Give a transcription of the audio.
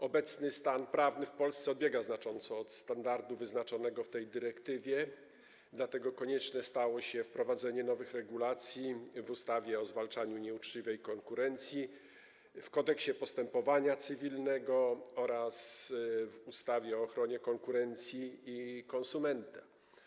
Obecny stan prawny w Polsce znacząco odbiega od standardu wyznaczonego w tej dyrektywie, dlatego konieczne stało się wprowadzenie nowych regulacji w ustawie o zwalczaniu nieuczciwej konkurencji, w Kodeksie postępowania cywilnego oraz w ustawie o ochronie konkurencji i konsumentów.